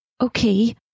Okay